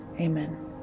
amen